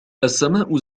السماء